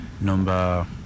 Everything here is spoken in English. number